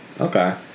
Okay